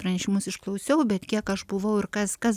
pranešimus išklausiau bet kiek aš buvau ir kas kas